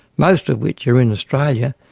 most of which are in australia,